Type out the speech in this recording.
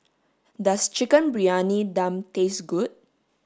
does chicken briyani dum taste good